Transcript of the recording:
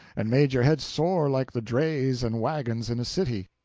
and made your head sore like the drays and wagons in a city.